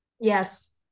yes